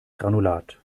granulat